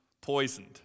poisoned